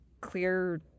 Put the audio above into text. clear